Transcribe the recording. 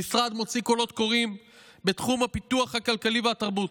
המשרד מוציא קולות קוראים בתחום הפיתוח הכלכלי והתרבות,